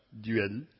Duel